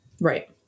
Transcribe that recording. Right